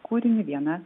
kūrinį vieną